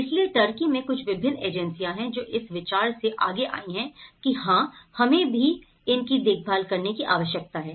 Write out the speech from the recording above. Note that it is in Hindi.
इसलिए टर्की में कुछ विभिन्न एजेंसियां है जो इस विचार से आगे आई हैं कि हाँ हमें भी इनकी देखभाल करने की आवश्यकता है